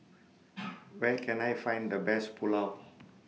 Where Can I Find The Best Pulao